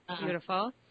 Beautiful